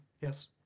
yes